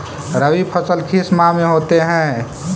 रवि फसल किस माह में होते हैं?